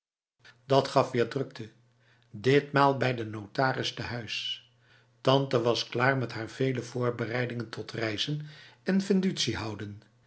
dat gaf weer drukte ditmaal bij de notaris te huis tante was klaar met haar vele voorbereidingen tot reizen en vendutie houden